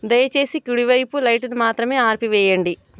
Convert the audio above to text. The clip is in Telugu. దయచేసి కుడి వైపు లైటును మాత్రమే ఆర్పివేయండి